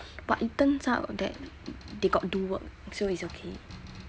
but it turns out that they got do work so it's okay